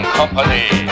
company